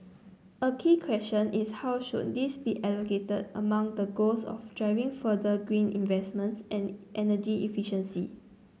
a key question is how should these be allocated among the goals of driving further green investments and energy efficiency